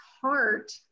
heart